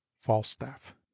falstaff